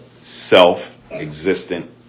self-existent